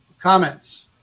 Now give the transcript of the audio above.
comments